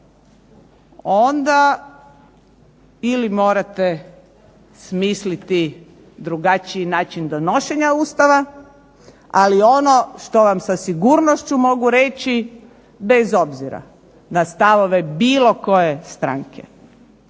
onda ili morate smisliti drugačiji način donošenja Ustava, ali ono što vam sa sigurnošću mogu reći, bez obzira na stavove bilo koje stranke